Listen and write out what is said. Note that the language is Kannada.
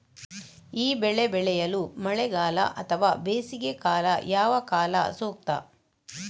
ಈ ಬೆಳೆ ಬೆಳೆಯಲು ಮಳೆಗಾಲ ಅಥವಾ ಬೇಸಿಗೆಕಾಲ ಯಾವ ಕಾಲ ಸೂಕ್ತ?